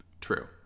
true